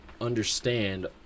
understand